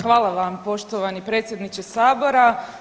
Hvala vam poštovani predsjedniče sabora.